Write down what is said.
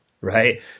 right